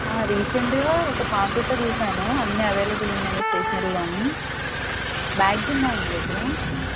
రీసెంటుగా ఒక పామ్ప్లేట్లో చూసాను అన్నీ అవేలబుల్ ఉన్నాయి మీ స్టేషనరీలో అని బ్యాగ్స్ ఉన్నాయా మీ దగ్గర